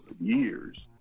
years